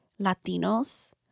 Latinos